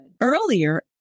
earlier